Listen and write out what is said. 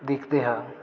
ਦੇਖਦੇ ਹਾਂ